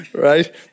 Right